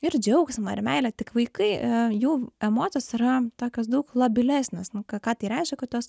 ir džiaugsmą ir meilę tik vaikai jų emocijos yra tokios daug labilesnės nu ką tai reiškia kad jos